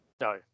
No